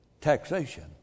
Taxation